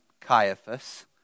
Caiaphas